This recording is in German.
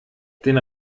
den